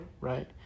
Right